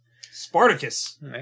Spartacus